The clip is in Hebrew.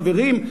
חברים,